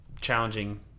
challenging